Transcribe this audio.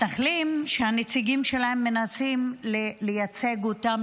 מתנחלים שהנציגים שלהם מנסים לייצג אותם,